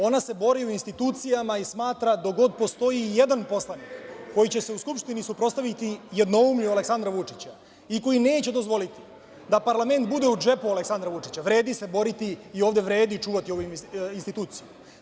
Ona se bori u institucijama i smatra da, dok god postoji i jedan poslanik koji će se u Skupštini suprotstaviti jednoumlju Aleksandra Vučića i koji neće dozvoliti da parlament bude u džepu Aleksandra Vučića, vredi se boriti i ovde vredi čuvati ove institucije.